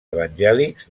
evangèlics